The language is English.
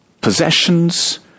possessions